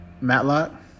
Matlock